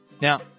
Now